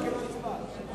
ההצבעה שלי לא